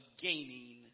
gaining